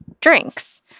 drinks